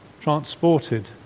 transported